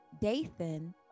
Dathan